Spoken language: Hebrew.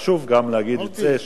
חשוב גם להגיד את זה,